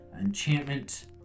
enchantment